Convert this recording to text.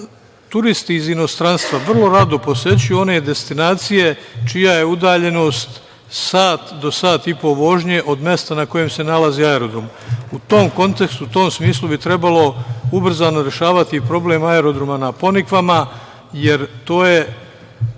turisti iz inostranstva vrlo rado posećuju one destinacije čija je udaljenost sat, do sat ipo vožnje, od mesta na kojem se nalazi aerodrom.U tom kontekstu, u tom smislu bi trebalo ubrzano rešavati problem aerodroma na Ponikvama. Manje